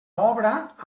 obra